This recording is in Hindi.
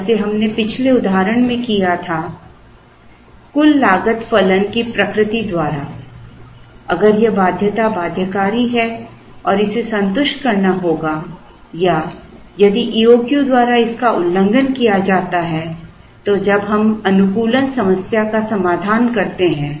जैसे हमने पिछले उदाहरण में किया था कुल लागत फलन की प्रकृति द्वारा अगर यह बाध्यता बाध्यकारी है और इसे संतुष्ट करना होगा या यदि EOQ द्वारा इसका उल्लंघन किया जाता है तो जब हम अनुकूलन समस्या का समाधान करते हैं